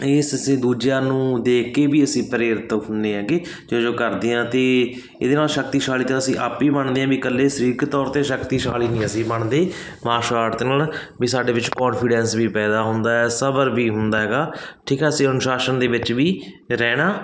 ਇਸ 'ਚ ਅਸੀਂ ਦੂਜਿਆਂ ਨੂੰ ਦੇਖ ਕੇ ਵੀ ਅਸੀਂ ਪ੍ਰੇਰਿਤ ਹੁੰਦੇ ਆਗੇ ਅਤੇ ਜੋ ਕਰਦੇ ਹਾਂ ਅਤੇ ਇਹਦੇ ਨਾਲ ਸ਼ਕਤੀਸ਼ਾਲੀ ਤਾਂ ਅਸੀਂ ਆਪ ਹੀ ਬਣਦੇ ਹਾਂ ਵੀ ਇਕੱਲੇ ਸਰੀਰਕ ਤੌਰ 'ਤੇ ਸ਼ਕਤੀਸ਼ਾਲੀ ਨਹੀਂ ਅਸੀਂ ਬਣਦੇ ਮਾਰਸ਼ਲ ਆਰਟ ਦੇ ਨਾਲ ਵੀ ਸਾਡੇ ਵਿੱਚ ਕੋਂਫੀਡੈਂਸ ਵੀ ਪੈਦਾ ਹੁੰਦਾ ਸਬਰ ਵੀ ਹੁੰਦਾ ਹੈਗਾ ਠੀਕ ਹੈ ਅਸੀਂ ਅਨੁਸ਼ਾਸਨ ਦੇ ਵਿੱਚ ਵੀ ਰਹਿਣਾ